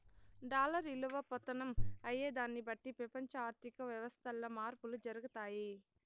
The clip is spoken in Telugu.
డాలర్ ఇలువ పతనం అయ్యేదాన్ని బట్టి పెపంచ ఆర్థిక వ్యవస్థల్ల మార్పులు జరగతాయి